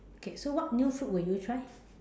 okay so what new food will you try